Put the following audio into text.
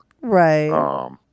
Right